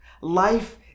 Life